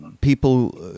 people